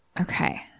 Okay